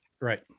right